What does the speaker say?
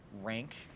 Rank